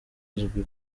azwi